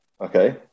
Okay